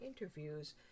interviews